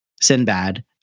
Sinbad